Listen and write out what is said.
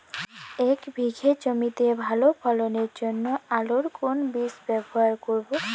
এক বিঘে জমিতে ভালো ফলনের জন্য আলুর কোন বীজ ব্যবহার করব?